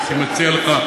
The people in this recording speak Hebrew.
אני הייתי מציע לך,